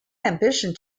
ambition